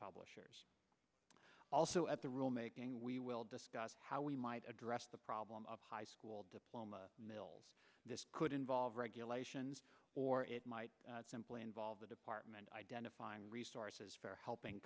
publishers also at the rulemaking we will discuss how we might address the problem of high school diploma mills this could involve regulations or it might simply involve the department identifying resources for helping